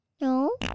No